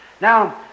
Now